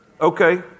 Okay